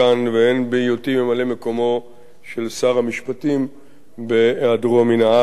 והן בהיותי ממלא-מקומו של שר המשפטים בהיעדרו מן הארץ.